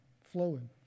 flowing